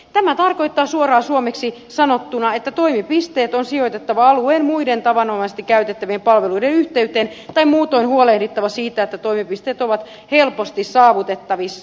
tämä tarkoittaa suoraan suomeksi sanottuna että toimipisteet on sijoitettava alueen muiden tavanomaisesti käytettävien palveluiden yhteyteen tai muutoin huolehdittava siitä että toimipisteet ovat helposti saavutettavissa